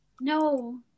No